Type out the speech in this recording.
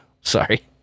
Sorry